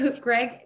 Greg